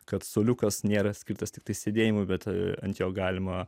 kad suoliukas nėra skirtas tiktai sėdėjimui bet ant jo galima